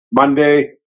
Monday